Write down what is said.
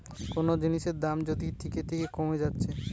কুনো জিনিসের দাম যদি থিকে থিকে কোমে যাচ্ছে